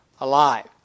alive